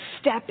step